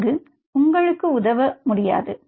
அங்கு உங்களுக்கு உதவ முடியாது